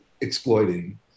exploiting